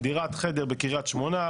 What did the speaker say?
דירת חדר בקרית שמונה,